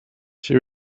she